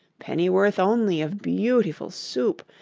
pennyworth only of beautiful soup?